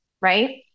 right